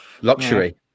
Luxury